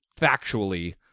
factually